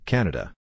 Canada